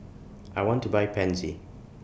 I want to Buy Pansy